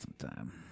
sometime